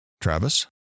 Travis